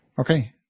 Okay